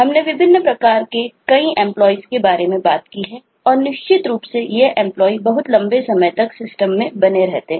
हमने विभिन्न प्रकार के कई एंप्लॉय होते है